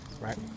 right